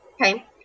Okay